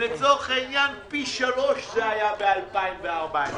פי שלושה זה היה ב-2014.